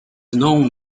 known